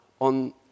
on